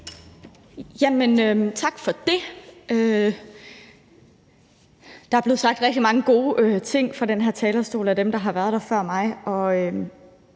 Tak for det. Der er blevet sagt rigtig mange gode ting fra den her talerstol af dem, der har været der før mig,